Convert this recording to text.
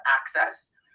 access